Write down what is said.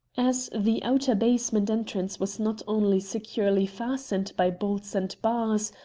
as the outer basement entrance was not only securely fastened by bolts and bars,